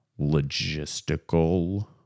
logistical